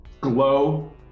glow